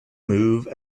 move